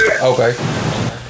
Okay